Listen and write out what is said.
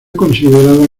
considerada